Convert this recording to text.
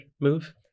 move